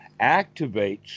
activates